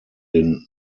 den